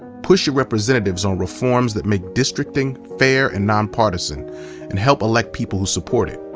push your representatives on reforms that make districting fair and nonpartisan and help elect people who support it.